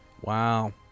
Wow